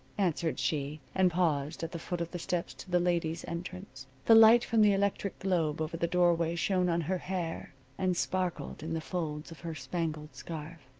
answered she, and paused at the foot of the steps to the ladies' entrance. the light from the electric globe over the doorway shone on her hair and sparkled in the folds of her spangled scarf.